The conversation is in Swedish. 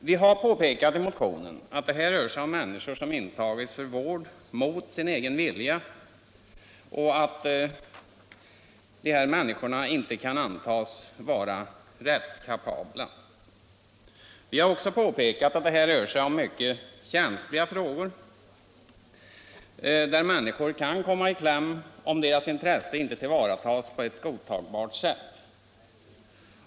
Vi har påpekat i motionen att det här rör sig om människor som intagits för vård mot sin egen vilja och att dessa människor inte kan antagas vara rättskapabla. Vi har också påpekat att det gäller mycket känsliga frågor, där människor kan komma i kläm om deras intresse inte tillvaratas på ett godtagbart sätt.